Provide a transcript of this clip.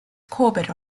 corbett